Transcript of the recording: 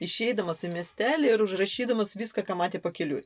išeidamas į miestelį ir užrašydamas viską ką matė pakeliui